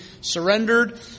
surrendered